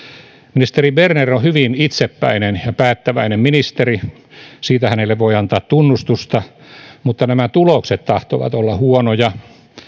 ministeri berner on hyvin itsepäinen ja päättäväinen ministeri siitä hänelle voi antaa tunnustusta mutta tulokset tahtovat olla huonoja